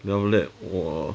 then after that 我